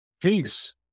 peace